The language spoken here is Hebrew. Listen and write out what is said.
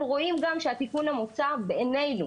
אנחנו רואים גם שהתיקון המוצע בעינינו